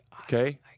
Okay